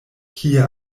kie